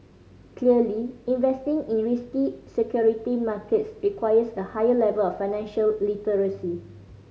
clearly investing in risky security markets requires a higher level of financial literacy